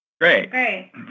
Great